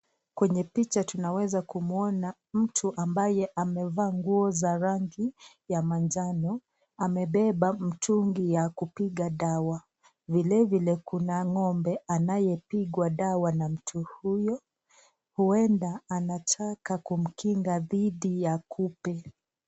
Kwenye picha tunaweza kumuona mtu ambaye amevaa nguo za rangi ya manjano amebeba mtungi ya kupiga dawa. Vile vile kuna ng'ombe anayepigwa dawa na mtu huyu. Huenda anataka kumkinga dhidi ya kupe.